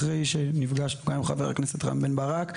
אחרי שנפגשנו גם עם חבר הכנסת רם בן ברק,